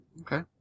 Okay